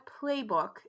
playbook